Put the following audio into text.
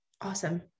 Awesome